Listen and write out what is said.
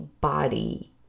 body